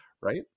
Right